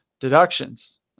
Deductions